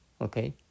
Okay